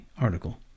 article